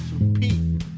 repeat